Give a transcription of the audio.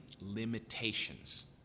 limitations